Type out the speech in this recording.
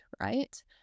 right